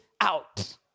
out